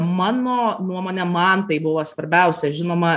mano nuomone man tai buvo svarbiausia žinoma